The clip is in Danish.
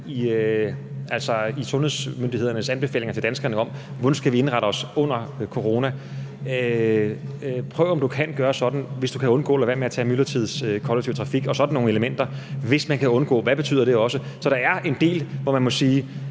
i sundhedsmyndighedernes anbefalinger til danskerne om, hvordan vi skal indrette os under corona: Prøv, om du kan gøre sådan. Hvis du kan undgå det, så lad være med at tage kollektiv trafik i myldretiden. Der er sådan nogle elementer – »hvis man kan undgå«. Hvad betyder det? Så der er en del, hvor man må sige,